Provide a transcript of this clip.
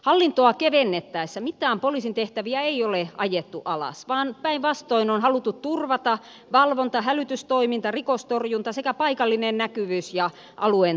hallintoa kevennettäessä mitään poliisin tehtäviä ei ole ajettu alas vaan päinvastoin on haluttu turvata valvonta hälytystoiminta rikostorjunta sekä paikallinen näkyvyys ja alueen tuntemus